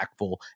impactful